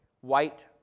white